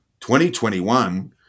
2021